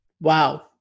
Wow